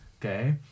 okay